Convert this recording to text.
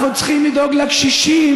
אנחנו צריכים לדאוג לקשישים.